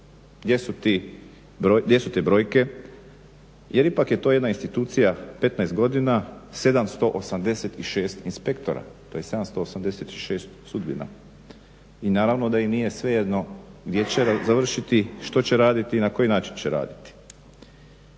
gdje su te brojke jer ipak je to jedna institucija 15 godina 786 inspektora, to je 786 sudbina. I naravno da im nije svejedno gdje će završiti, što će raditi na koji način će raditi.